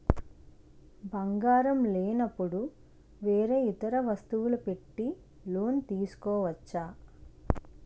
బంగారం లేనపుడు వేరే ఇతర వస్తువులు పెట్టి లోన్ తీసుకోవచ్చా?